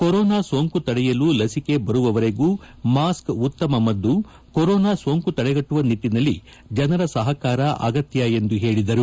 corona ಸೋಂಕು ತಡೆಯಲು ಲಸಿಕೆ ಬರುವವರೆಗೂ ಮಾಸ್ ಉತ್ತಮ ಮದ್ದು ಕೋರೋನಾ ಸೋಂಕು ತಡೆಗಟ್ಟುವ ನಿಟ್ಟಿನಲ್ಲಿ ಜನರ ಸಹಕಾರ ಅಗತ್ಯ ಎಂದು ಹೇಳಿದರು